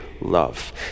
love